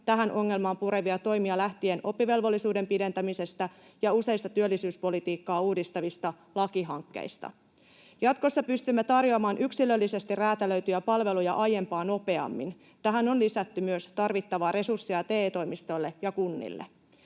tähän ongelmaan purevia toimia lähtien oppivelvollisuuden pidentämisestä ja useista työllisyyspolitiikkaa uudistavista lakihankkeista. Jatkossa pystymme tarjoamaan yksilöllisesti räätälöityjä palveluja aiempaa nopeammin. Tähän on lisätty myös tarvittavaa resurssia TE-toimistoille ja kunnille.